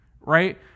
right